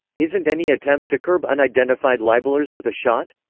isn't any attempt to curb unidentified libelers worth a shot?